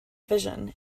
vision